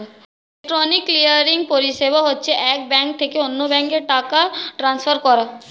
electronic clearing পরিষেবা হচ্ছে এক ব্যাঙ্ক থেকে অন্য ব্যাঙ্কে টাকা ট্রান্সফার করা